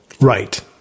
Right